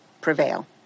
prevail